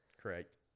Correct